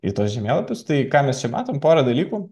į tuos žemėlapius tai ką mes čia matom pora dalykų